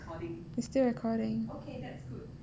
it's still recording